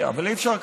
אי-אפשר ככה.